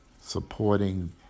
supporting